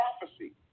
prophecy